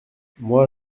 moi